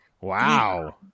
wow